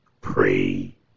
pray